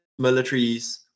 militaries